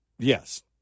Yes